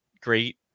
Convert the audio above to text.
great